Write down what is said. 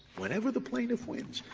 whenever the plaintiff wins,